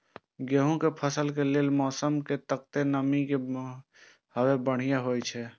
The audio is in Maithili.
गेंहू के फसल के लेल मौसम में कतेक नमी हैब बढ़िया होए छै?